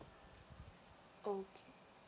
okay